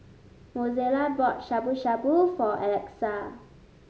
Mozella bought Shabu Shabu for Alexa